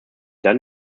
dann